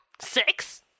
six